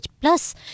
plus